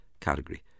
category